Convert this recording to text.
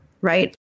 right